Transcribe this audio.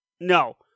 no